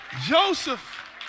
Joseph